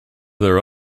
their